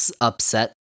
upset